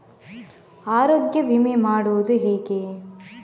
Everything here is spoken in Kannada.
ಆರೋಗ್ಯ ವಿಮೆ ಮಾಡುವುದು ಹೇಗೆ?